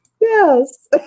Yes